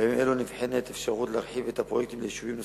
בימים אלה נבחנת אפשרות להרחיב את הפרויקטים ליישובים נוספים,